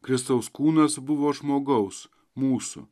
kristaus kūnas buvo žmogaus mūsų